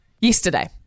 Yesterday